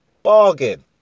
Bargain